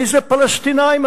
איזה פלסטינים אתם?